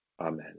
amen